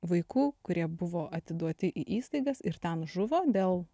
vaikų kurie buvo atiduoti į įstaigas ir ten žuvo dėl